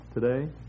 today